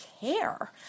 care